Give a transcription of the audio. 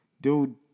dude